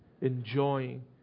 enjoying